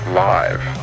live